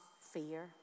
fear